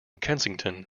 kensington